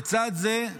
לצד זה,